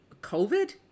COVID